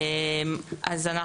אז,